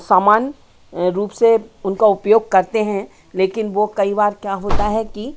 सामान्य रूप से उनका उपयोग करते हैं लेकिन वे कई बार क्या होता है कि